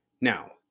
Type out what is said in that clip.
Now